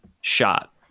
shot